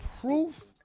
proof